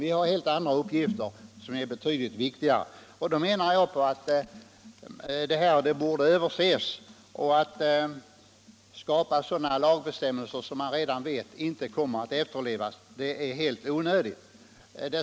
Jag menar därför att dessa bestämmelser borde överses, och det är helt onödigt att skapa sådana lagbestämmelser som man vet inte kommer att efterlevas.